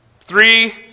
Three